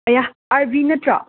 ꯑꯌꯥ ꯑꯥꯔꯕꯤ ꯅꯠꯇ꯭ꯔꯣ